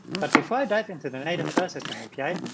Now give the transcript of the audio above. but before i dive into the native file system api,